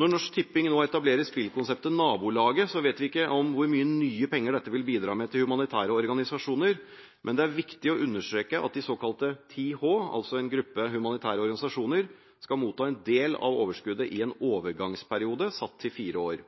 Når Norsk Tipping nå etablerer spillkonseptet Nabolaget, vet vi ikke hvor mye nye penger dette vil bidra med til humanitære organisasjoner, men det er viktig å understreke at de såkalte 10H – en gruppe humanitære organisasjoner – skal motta en del av overskuddet i en overgangsperiode, satt til fire år.